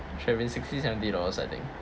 seven sixty seventy dollars I think